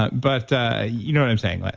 ah but you know what i'm saying. like